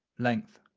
length?